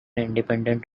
independent